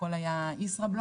הכול היה ישראבלוף.